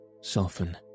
soften